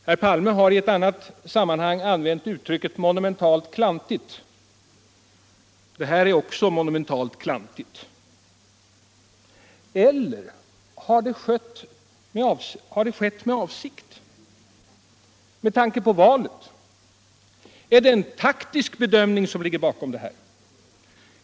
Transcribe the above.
Herr Palme har i ett annat sammanhang använt uttrycket monumentalt klantigt. Det här är också monumentalt klantigt. Eller har det skett med avsikt, med tanke på valet? Är det en taktisk bedömning som ligger bakom?